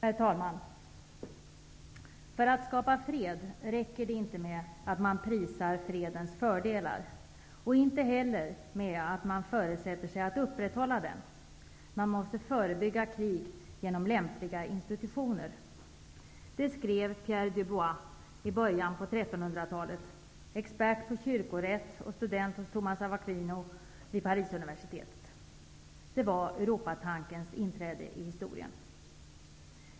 Herr talman! För att skapa fred räcker det inte med att man prisar fredens fördelar, och inte räcker det heller med att man föresätter sig att upprätthålla freden. Man måste förebygga krig genom lämliga institutioner. Det skrev Pierre Dubois i början av Det var Europatankens inträde i historien.